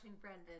Brendan